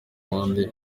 rwanda